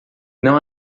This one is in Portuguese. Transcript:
não